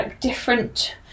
different